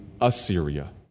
Assyria